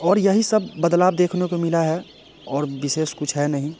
और यही सब बदलाव देखने को मिला है और विशेष कुछ है नहीं